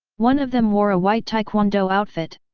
one of them wore a white taekwondo outfit.